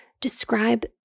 describe